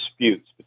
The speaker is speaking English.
disputes